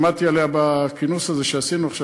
שמעתי עליה בכינוס הזה שעשינו עכשיו,